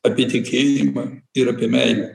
apie tikėjimą ir apie meilę